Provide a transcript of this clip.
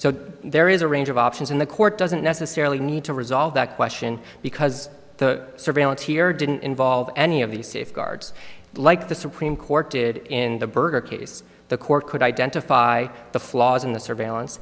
so there is a range of options in the court doesn't necessarily need to resolve that question because the surveillance here didn't involve any of these safeguards like the supreme court did in the berger case the court could identify the flaws in the surveillance